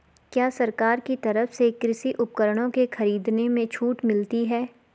क्या सरकार की तरफ से कृषि उपकरणों के खरीदने में छूट मिलती है?